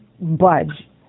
budge